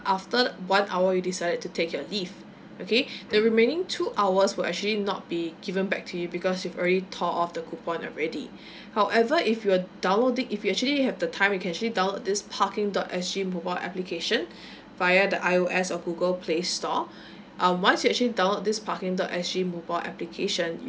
after the one hour you decided to take your leave okay the remaining two hours were actually not be given back to you because you've already tore off the coupon already however if you're downloading if you actually have the time you can actually download this parking dot S G mobile application via the I O S or google play store um once you actually download this parking dot S G mobile application